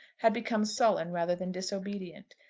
had become sullen rather than disobedient.